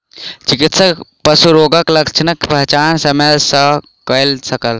चिकित्सक पशु रोगक लक्षणक पहचान समय सॅ कय सकल